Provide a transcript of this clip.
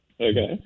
Okay